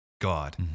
God